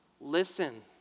listen